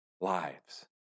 lives